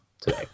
today